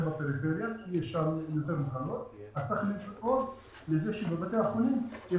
בפריפריה יש שם יותר מחלות צריך לדאוג לכך שבבתי החולים יהיו